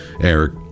Eric